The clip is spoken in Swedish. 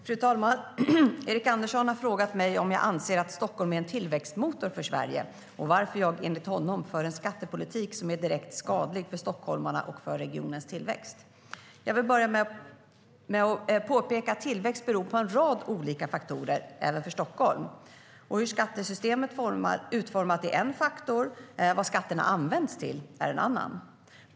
Fru talman! Erik Andersson har frågat mig om jag anser att Stockholm är en tillväxtmotor för Sverige och varför jag, enligt honom, för en skattepolitik som är direkt skadlig för stockholmarna och för regionens tillväxt. Jag vill börja med att påpeka att tillväxt beror på en rad olika faktorer, även för Stockholm. Hur skattesystemet är utformat är en faktor, vad skatterna används till är en annan.